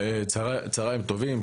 צוהריים טובים,